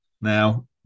now